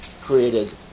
created